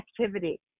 activity